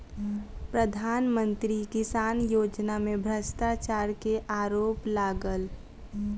प्रधान मंत्री किसान योजना में भ्रष्टाचार के आरोप लागल